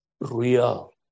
Real